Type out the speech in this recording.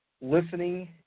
listening